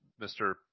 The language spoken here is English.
Mr